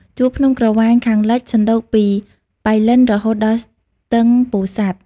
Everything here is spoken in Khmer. ជួរភ្នំក្រវាញខាងលិច សណ្ដូកពីប៉ៃលិនរហូតដល់ស្ទឹងពោធិសាត់ ។